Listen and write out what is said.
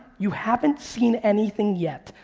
you haven't seen anything yet.